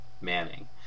Manning